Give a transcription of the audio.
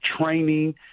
training